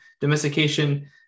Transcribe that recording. domestication